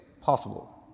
possible